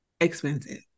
expensive